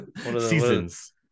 seasons